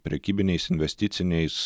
prekybiniais investiciniais